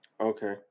Okay